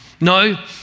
No